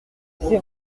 c’est